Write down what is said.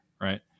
right